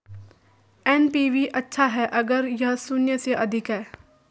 NPV अच्छा है अगर यह शून्य से अधिक है